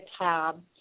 tab